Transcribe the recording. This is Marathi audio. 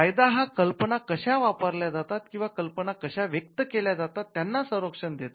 कायदा हा कल्पना कशा वापरल्या जातात किंवा कल्पना कशा व्यक्त केल्या जातात यांना संरक्षण देतो